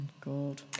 God